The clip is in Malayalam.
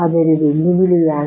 അത് ഒരു വെല്ലുവിളിയാണ്